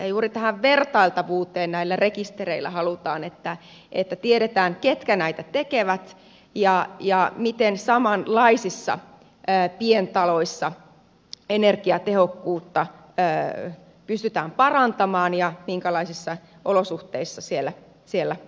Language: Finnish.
juuri tähän vertailtavuuteen näillä rekistereillä pyritään että tiedetään ketkä näitä tekevät ja miten samanlaisissa pientaloissa energiatehokkuutta pystytään parantamaan ja minkälaisissa olosuhteissa siellä ollaan